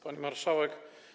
Pani Marszałek!